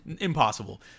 impossible